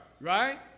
Right